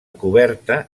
coberta